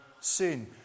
sin